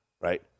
Right